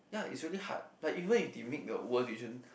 ya it's really hard like even if did made your own decision